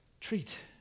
treat